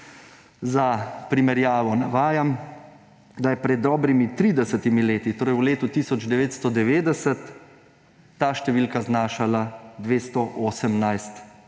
Za primerjavo navajam, da je pred dobrimi 30 leti, torej v letu 1990, ta številka znašala 218